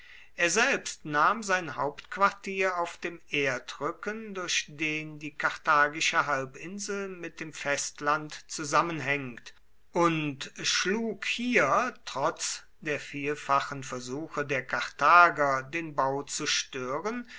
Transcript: er selbst nahm sein hauptquartier auf dem erdrücken durch den die karthagische halbinsel mit dem festland zusammenhängt und schlug hier trotz der vielfachen versuche der karthager den bau zu stören